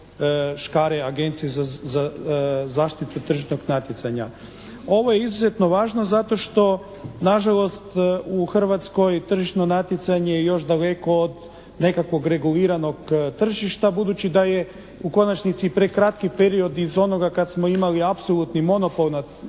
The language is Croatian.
škare Agencije za zaštitu tržišnog natjecanja. Ovo je izuzetno važno zato što na žalost u Hrvatskoj tržišno natjecanje je još daleko od nekakvog reguliranog tržišta budući da je u konačnici prekratki period iz onoga kad smo imali apsolutni monopol, a kad